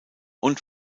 und